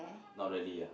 not really ah